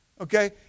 Okay